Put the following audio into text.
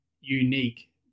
unique